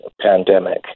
pandemic